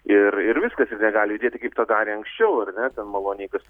ir ir viskas ir negali judėti kaip tą darė anksčiau ar ne ten maloniai kas